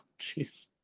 Jeez